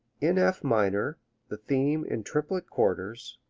in f minor the theme in triplet quarters,